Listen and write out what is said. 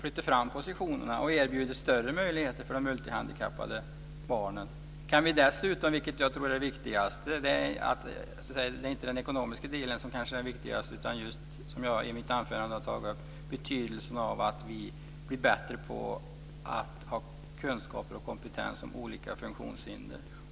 Det kommer att erbjuda större möjligheter för de multihandikappade barnen. Det är kanske inte den ekonomiska delen som är viktigast, utan det som jag tog upp i mitt anförande, nämligen betydelsen av bättre kunskap och kompetens om olika funktionshinder.